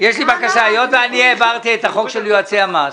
היות ואני העברתי את החוק של יועצי המס,